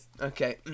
Okay